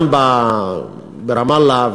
גם ברמאללה,